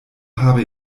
habe